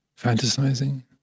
fantasizing